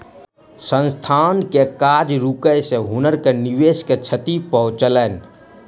संस्थान के काज रुकै से हुनकर निवेश के क्षति पहुँचलैन